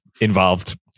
involved